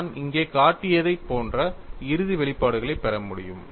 நான் இங்கே காட்டியதைப் போன்ற இறுதி வெளிப்பாடுகளைப் பெற முடியும்